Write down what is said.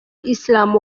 islam